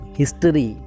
history